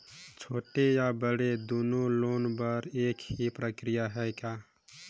छोटे या बड़े दुनो लोन बर एक ही प्रक्रिया है का?